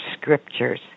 scriptures